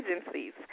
agencies